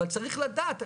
אבל צריך לדעת,